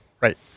right